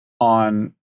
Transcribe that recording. on